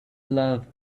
love